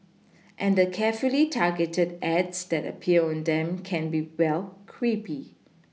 and the carefully targeted ads that appear on them can be well creepy